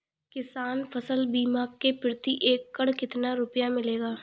किसान फसल बीमा से प्रति एकड़ कितना रुपया मिलेगा?